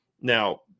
now